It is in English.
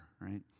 Right